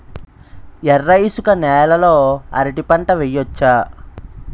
ఎర్ర ఇసుక నేల లో అరటి పంట వెయ్యచ్చా?